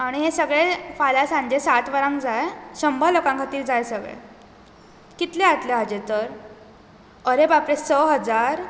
आनी हें सगळें फाल्यां सांजे सात वरांक जाय शंबर लोकां खातीर जाय सगलें कितले जातले हाजे तर आरे बापरे स हजार